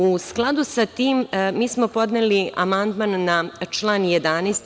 U skladu sa tim, mi smo podneli amandman na član 11.